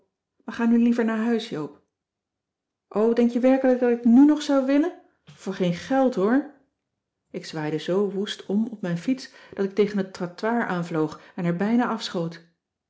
maar ga nu liever naar huis joop o denk je werkelijk dat ik nù nog zou willen voor geen geld hoor ik zwaaide zoo woest om op mijn fiets dat ik tegen het trottoir aanvloog en er bijna afschoot